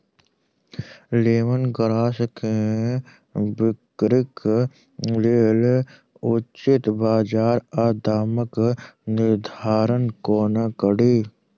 Lemon grass केँ बिक्रीक लेल उचित बजार आ दामक निर्धारण कोना कड़ी?